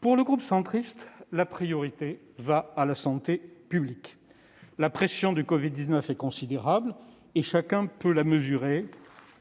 Pour le groupe Union Centriste, la priorité est la santé publique. La pression du covid-19 est considérable, chacun peut la mesurer